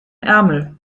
ärmel